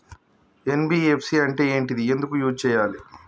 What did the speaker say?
NBFC అంటే ఏంటిది ఎందుకు యూజ్ చేయాలి?